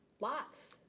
lots.